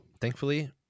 thankfully